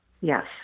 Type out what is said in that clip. Yes